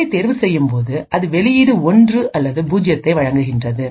அப்படி தேர்வு செய்யும்போது அது வெளியீடு ஒன்று அல்லது பூஜ்ஜியத்தை வழங்குகின்றது